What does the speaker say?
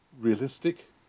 realistic